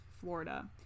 Florida